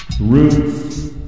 Roots